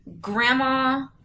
Grandma